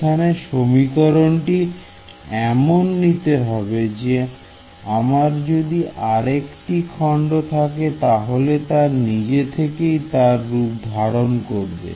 এইখানে সমীকরণটি এমন নিতে হবে যে আমার যদি আরেকটি খন্ড থাকে তাহলে তা নিজে থেকেই তার রূপ ধারণ করবে